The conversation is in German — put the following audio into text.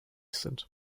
sind